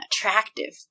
attractive